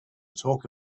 talk